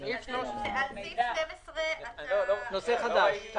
על סעיף 12, אתה --- נושא חדש.